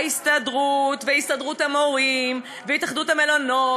ההסתדרות והסתדרות המורים והתאחדות המלונות